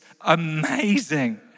amazing